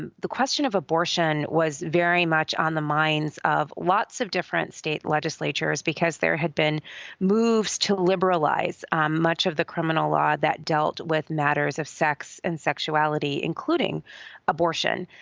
the the question of abortion was very much on the minds of lots of different state legislatures because there had been moves to liberalize much of the criminal law that dealt with matters of sex and sexuality, including abortion.